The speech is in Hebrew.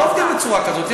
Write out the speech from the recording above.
לא עובדים בצורה כזאת.